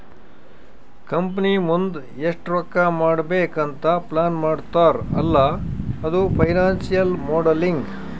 company ಮುಂದ್ ಎಷ್ಟ ರೊಕ್ಕಾ ಮಾಡ್ಬೇಕ್ ಅಂತ್ ಪ್ಲಾನ್ ಮಾಡ್ತಾರ್ ಅಲ್ಲಾ ಅದು ಫೈನಾನ್ಸಿಯಲ್ ಮೋಡಲಿಂಗ್